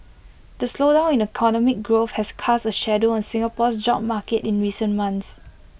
the slowdown in economic growth has cast A shadow on Singapore's job market in recent months